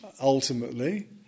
ultimately